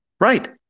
Right